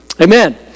Amen